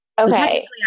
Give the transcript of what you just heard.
Okay